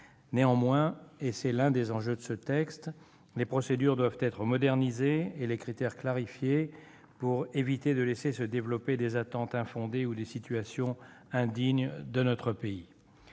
Néanmoins, et c'est l'un des enjeux de ce texte, les procédures doivent être modernisées et les critères clarifiés pour éviter de laisser se développer des attentes infondées ou des situations indignes de notre pays.